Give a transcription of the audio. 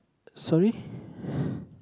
sorry